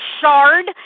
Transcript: shard